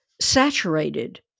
saturated